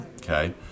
Okay